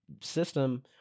system